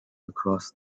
across